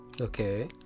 Okay